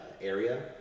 area